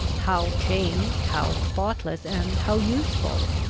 how changed, how spotless, and how useful,